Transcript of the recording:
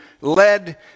led